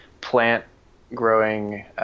plant-growing